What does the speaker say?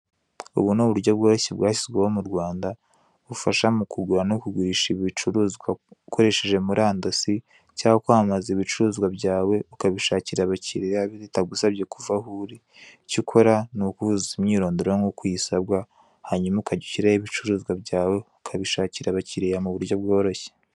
Ubu ni uburyo bworoshye bwashyizweho mu Rwanda, bufasha mu kugura no kugurisha ibicuruzwa ukoresheje murandasi cyangwa kwamamaza ibicuruzwa byawe ukabishakira abakiriya bitagusabye kuva aho uri, icyo ukora ni uguhuza imyirondoro nkuko uyisabwa hanyuma ukajya ushyiraho ibicuruzwa byawe ukabishakira abakiriya mu buryo bworoshye.